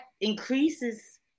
increases